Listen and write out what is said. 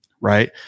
Right